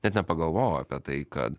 net nepagalvojau apie tai kad